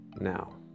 Now